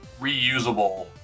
reusable